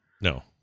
No